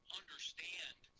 understand